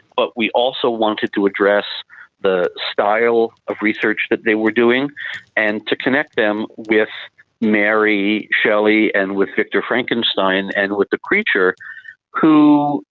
but we also wanted to address the style of research that they were doing and to connect them with mary shelley and with victor frankenstein and with the creature who,